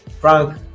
frank